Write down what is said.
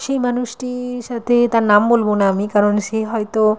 সেই মানুষটির সাথে তার নাম বলব না আমি কারণ সে হয়তো